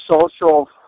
social